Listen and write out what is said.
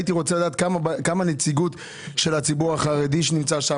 הייתי רוצה לדעת כמה נציגים יש לציבור החרדי בנבחרת,